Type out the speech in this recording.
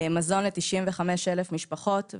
מזון ל-95,000 משפחות,